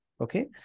okay